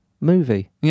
movie